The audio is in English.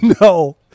No